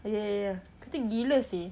yeah I think gila seh